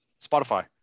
Spotify